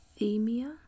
themia